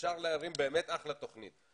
אפשר להרים באמת תוכנית טובה.